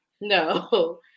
no